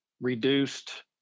reduced